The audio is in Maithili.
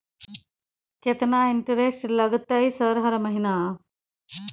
केतना इंटेरेस्ट लगतै सर हर महीना?